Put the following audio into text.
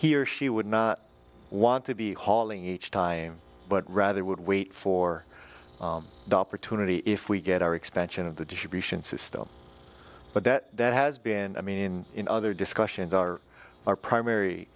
he or she would not want to be hauling each time but rather would wait for the opportunity if we get our expansion of the distribution system but that that has been i mean in other discussions are our primary